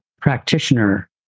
practitioner